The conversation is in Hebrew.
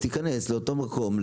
אז תיכנס לאותו מקום,